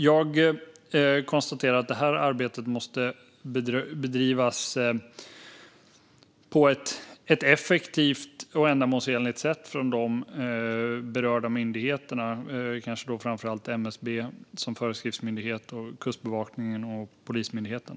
Jag konstaterar att arbetet måste bedrivas effektivt och ändamålsenligt av berörda myndigheter, framför allt MSB som föreskriftsmyndighet samt Kustbevakningen och Polismyndigheten.